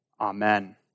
Amen